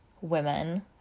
women